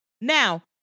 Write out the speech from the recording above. Now